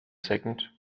second